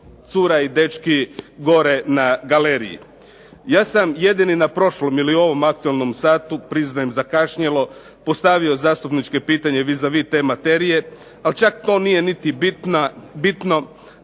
cura i dečki gore na galeriji. Ja sam jedini, na prošlom ili ovom aktualnom satu, priznajem zakašnjelo postavio zastupničko pitanje vis a vis te materije ali čak to nije niti bitno,